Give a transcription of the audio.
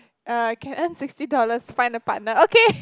err can earn sixty dollars find a partner okay